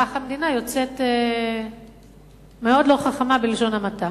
וכך המדינה יוצאת מאוד לא חכמה בלשון המעטה.